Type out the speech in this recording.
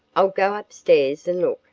i'll go upstairs and look,